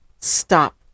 stop